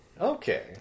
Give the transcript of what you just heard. Okay